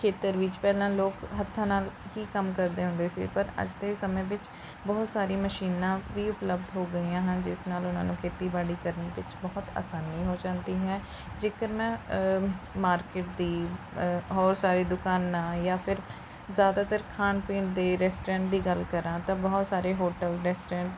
ਖੇਤਰ ਵਿੱਚ ਪਹਿਲਾਂ ਲੋਕ ਹੱਥਾਂ ਨਾਲ ਹੀ ਕੰਮ ਕਰਦੇ ਹੁੰਦੇ ਸੀ ਪਰ ਅੱਜ ਦੇ ਸਮੇਂ ਵਿੱਚ ਬਹੁਤ ਸਾਰੀਆਂ ਮਸ਼ੀਨਾਂ ਵੀ ਉਪਲਬਧ ਹੋ ਗਈਆਂ ਹਨ ਜਿਸ ਨਾਲ ਉਨ੍ਹਾਂ ਨੂੰ ਖੇਤੀਬਾੜੀ ਕਰਨ ਵਿੱਚ ਬਹੁਤ ਆਸਾਨੀ ਹੋ ਜਾਂਦੀ ਹੈ ਜੇਕਰ ਮੈਂ ਮਾਰਕੀਟ ਦੀ ਹੋਰ ਸਾਰੀ ਦੁਕਾਨਾਂ ਜਾਂ ਫਿਰ ਜ਼ਿਆਦਾਤਰ ਖਾਣ ਪੀਣ ਦੇ ਰੈਸਟੋਰੈਂਟ ਦੀ ਗੱਲ ਕਰਾਂ ਤਾਂ ਬਹੁਤ ਸਾਰੇ ਹੋਟਲ ਰੈਸਟੋਰੈਂਟ